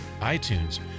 iTunes